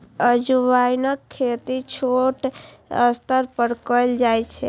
अजवाइनक खेती छोट स्तर पर कैल जाइ छै